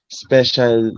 special